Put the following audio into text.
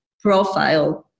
profile